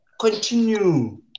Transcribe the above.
continue